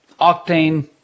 Octane